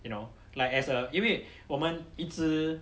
you know like as a 因为我们一直